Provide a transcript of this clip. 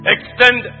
Extend